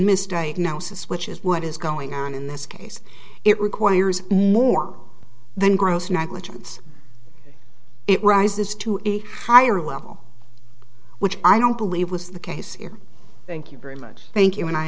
misdiagnosis which is what is going on in this case it requires more than gross negligence it rises to a higher level which i don't believe was the case here thank you very much thank you and i